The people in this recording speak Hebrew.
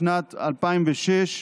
בשנת 2006,